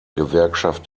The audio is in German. gewerkschaft